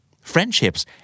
friendships